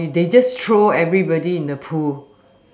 or they just throw everybody in the pool